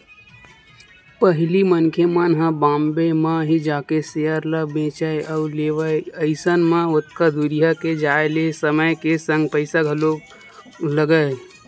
पहिली मनखे मन ह बॉम्बे म ही जाके सेयर ल बेंचय अउ लेवय अइसन म ओतका दूरिहा के जाय ले समय के संग पइसा घलोक लगय